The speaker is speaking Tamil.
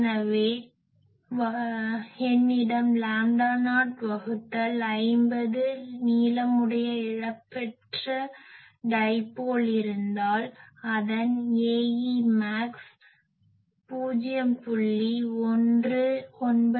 எனவே என்னிடம் லாம்டா நாட் வகுத்தல் 50 நீளமுடைய இழப்பற்ற டைப்போல் இருந்தால் அதன் Aemax 0